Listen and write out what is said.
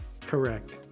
Correct